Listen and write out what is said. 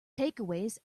takeaways